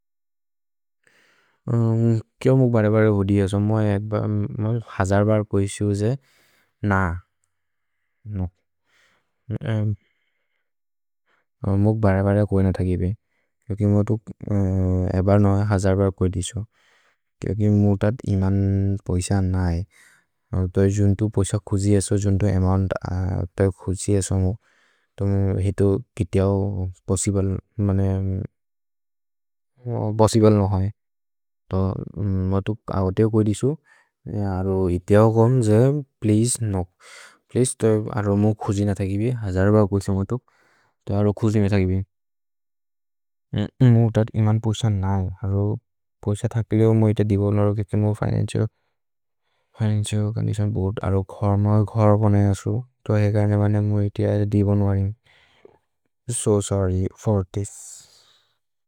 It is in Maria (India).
केओ मुग् बरे बरे होदि असो मुअ एद्ब, मुअ हजर् बर् को इसु जे न। नो। मुग् बरे बरे कोएन थगिबे। केओ कि मुअ तुक् एबर् न हजर् बर् को एदिसो। केओ कि मुअ तद् इमन् पैस न है। तोये जुन्तो पैस खुजि असो, जुन्तो इमन् तोये खुजि असो मु। तो हितो किति औ पोस्सिब्ले, मने पोस्सिब्ले न होइ। तो मुअ तुक् अगते को एदिसो। अरो हितो औ कोन् जे, प्लेअसे नो। प्लेअसे, तो अरो मुअ खुजि न थगिबे। हजर् बर् को इसु मुअ तुक्। तो अरो खुजि मे थगिबे। मु तद् इमन् पैस न है। अरो पैस थकिले मुअ इते दिबोन् नरो केके मुअ फिनन्चिअल्। Financial condition board. अरो घर्, मुअ घर् बनय असु। तो हेकने बने मुअ इते अर दिबोन् वरिने। So sorry for this.